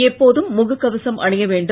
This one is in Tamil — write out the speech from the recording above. எப்போதும் முகக் கவசம் அணிய வேண்டும்